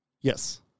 Yes